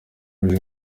rouge